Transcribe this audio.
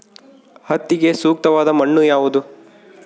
ಹತ್ತಿಗೆ ಸೂಕ್ತವಾದ ಮಣ್ಣು ಯಾವುದು?